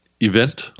event